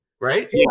right